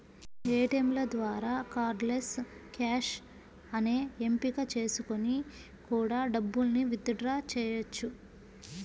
ఏటియంల ద్వారా cardless cash అనే ఎంపిక చేసుకొని కూడా డబ్బుల్ని విత్ డ్రా చెయ్యొచ్చు